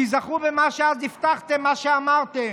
תיזכרו במה שאז הבטחתם ובמה שאמרתם.